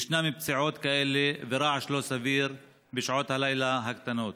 ישנן פציעות כאלה ורעש לא סביר בשעות הלילה הקטנות.